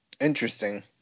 Interesting